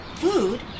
food